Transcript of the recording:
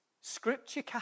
Scripture